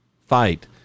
fight